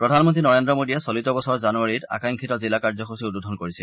প্ৰধানমন্তী নৰেন্দ্ৰ মোডীয়ে চলিত বছৰৰ জানুৱাৰীত আকাংক্ষিত জিলা কাৰ্যসূচী উদ্বোধন কৰিছিল